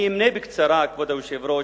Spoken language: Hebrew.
אני אמנה בקצרה, כבוד היושב-ראש,